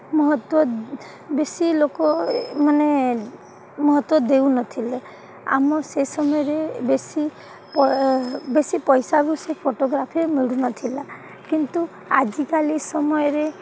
ମହତ୍ତ୍ଵ ବେଶୀ ଲୋକ ମାନେ ମହତ୍ତ୍ଵ ଦେଉନଥିଲେ ଆମ ସେ ସମୟରେ ବେଶୀ ବେଶୀ ପଇସାକୁ ସେ ଫଟୋଗ୍ରାଫି ମିଳୁନଥିଲା କିନ୍ତୁ ଆଜିକାଲି ସମୟରେ